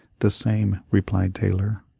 the same, replied taylor.